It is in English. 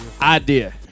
idea